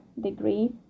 degree